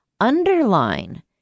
underline